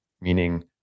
Meaning